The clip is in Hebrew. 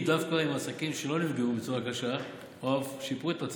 דווקא עם העסקים שלא נפגעו בצורה קשה או אף שיפרו את מצבם,